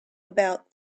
about